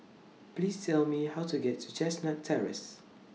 Please Tell Me How to get to Chestnut Terrace